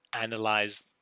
analyze